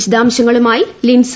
വിശദാംശങ്ങളുമായി ലിൻസ